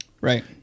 Right